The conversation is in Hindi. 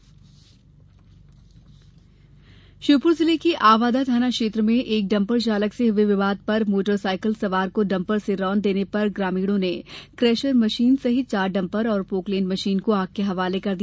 दुर्घटना तनाव श्योपुर जिले के आवदा थाना क्षेत्र में एक डम्पर चालक से हुए विवाद पर मोटर साइकल सवार को डंपर से रोंद देने पर ग्रामीणों ने केशर मशीन सहित चार डंपर और पोकलेन मशीन को आग के हवाले कर दिया